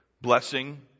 blessing